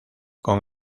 con